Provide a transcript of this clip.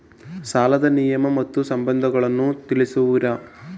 ಸಾಲದ ನಿಯಮ ಮತ್ತು ನಿಬಂಧನೆಗಳನ್ನು ತಿಳಿಸುವಿರಾ?